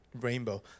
rainbow